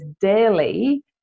daily